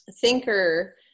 thinker